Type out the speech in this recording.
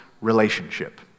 relationship